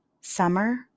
Summer